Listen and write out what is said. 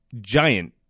giant